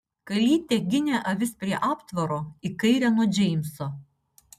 kalytė ginė avis prie aptvaro į kairę nuo džeimso